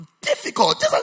difficult